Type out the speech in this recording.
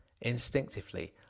Instinctively